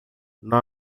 não